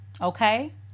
Okay